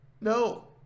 no